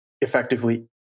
effectively